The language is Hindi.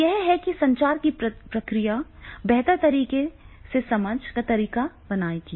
तो यह है कि संचार की प्रक्रिया बेहतर तरीके से समझ का तरीका बनाएगी